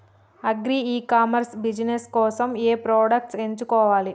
Agri e commerce business కోసము ఏ products ఎంచుకోవాలి?